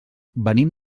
venim